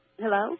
Hello